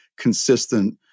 consistent